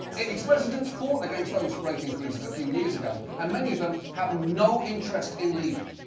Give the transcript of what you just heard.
its residents fought against those rate increases a few years ago and many of them have no interest in leaving.